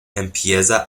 empieza